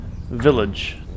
village